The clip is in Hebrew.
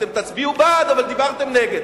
אתם תצביעו בעד, אבל דיברתם נגד.